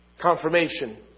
confirmation